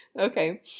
Okay